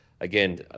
again